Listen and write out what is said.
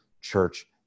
church